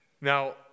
Now